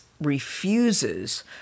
refuses